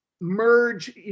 merge